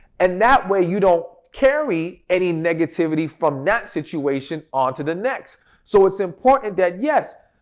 and that way you don't carry any negativity from that situation on to the next. so, it's important that yes,